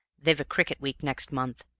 they've a cricket week next month,